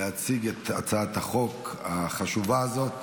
להציג את הצעת החוק החשובה הזאת.